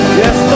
yes